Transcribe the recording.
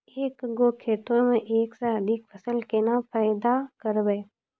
एक गो खेतो मे एक से अधिक फसल केना पैदा करबै?